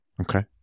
okay